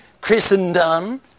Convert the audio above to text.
Christendom